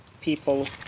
people